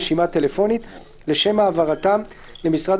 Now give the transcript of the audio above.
רשימה טלפונית) לשם העברתם למשרד